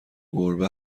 گربه